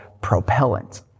propellant